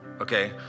Okay